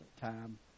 time